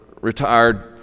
retired